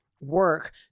work